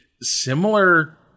similar